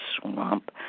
swamp